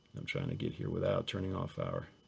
i'm trying to get here without turning off our,